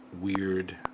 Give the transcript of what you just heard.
weird